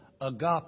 agape